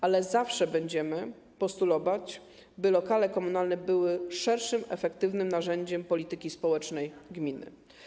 Natomiast zawsze będziemy postulować, by lokale komunalne były szerszym, efektywnym narzędziem polityki społecznej gminy.